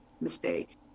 mistake